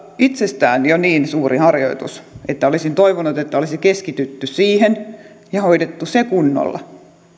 itsessään jo niin suuri harjoitus että olisin toivonut että olisi keskitytty siihen ja hoidettu se kunnolla